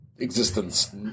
existence